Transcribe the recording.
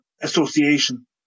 association